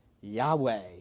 Yahweh